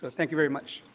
but thank you very much.